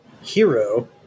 Hero